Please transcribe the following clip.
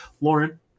Lauren